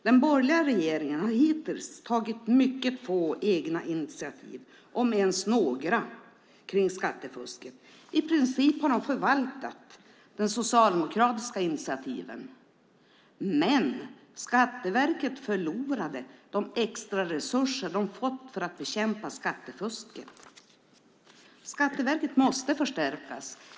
Den borgerliga regeringen har hittills tagit mycket få egna initiativ, om ens några, kring skattefusket. I princip har de förvaltat de socialdemokratiska initiativen. Men Skatteverket förlorade de extra resurser de fått för att bekämpa skattefusket. Skatteverket måste förstärkas.